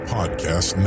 Podcast